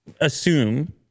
assume